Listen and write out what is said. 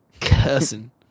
Cussing